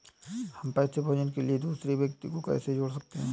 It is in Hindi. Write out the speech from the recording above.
हम पैसे भेजने के लिए दूसरे व्यक्ति को कैसे जोड़ सकते हैं?